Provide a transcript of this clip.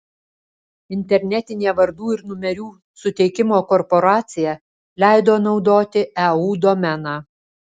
internetinė vardų ir numerių suteikimo korporacija leido naudoti eu domeną